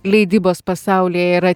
leidybos pasaulyje yra